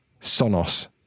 Sonos